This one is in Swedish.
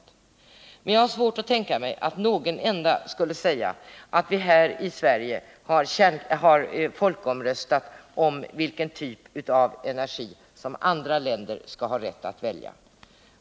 Jag har emellertid svårt att tänka mig att någon enda skulle säga att vi här i Sverige har haft en folkomröstning om vilken typ av energi som andra länder skall ha rätt att välja.